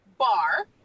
Bar